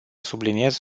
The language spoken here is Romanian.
subliniez